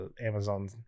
Amazon